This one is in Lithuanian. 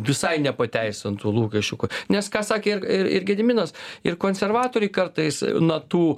visai nepateisintų lūkesčių nes ką sakė ir ir ir gediminas ir konservatoriai kartais na tų